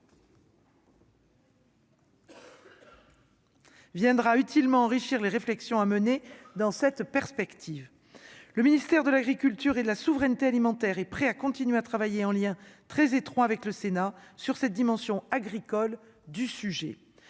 Viendra utilement enrichir les réflexions à mener dans cette perspective, le ministère de l'Agriculture et de la souveraineté alimentaire est prêt à continuer à travailler en lien très étroit avec le Sénat sur cette dimension agricole du sujet,